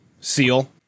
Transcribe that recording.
seal